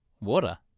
water